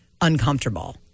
uncomfortable